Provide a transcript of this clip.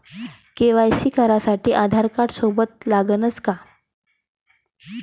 KYC करासाठी आधारकार्ड सोबत लागनच का?